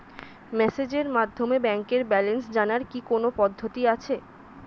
মেসেজের মাধ্যমে ব্যাংকের ব্যালেন্স জানার কি কোন পদ্ধতি আছে?